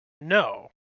No